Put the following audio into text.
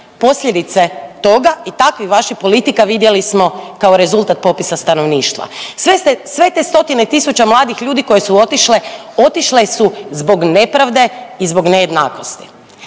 Posljedice toga i takvih vaših politika vidjeli smo kao rezultat popisa stanovništva. Sve te stotine tisuća mladih ljudi koje su otišle, otišle su zbog nepravde i zbog nejednakosti.